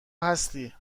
هستی